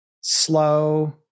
slow